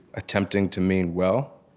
attempting to mean well.